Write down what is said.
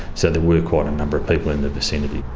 so there were quite a number of people in the vicinity.